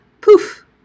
poof